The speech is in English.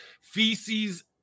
feces